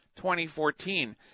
2014